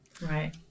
right